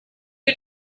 you